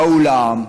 באולם,